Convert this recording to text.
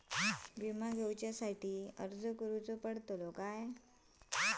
विमा घेउक अर्ज करुचो पडता काय?